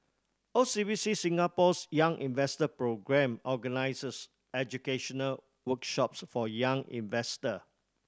O C B C Singapore's Young Investor Programme organizes educational workshops for young investor